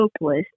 hopeless